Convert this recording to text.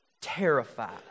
terrified